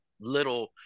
little